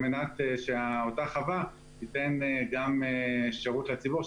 על מנת שאותה חווה תיתן גם שירות לציבור,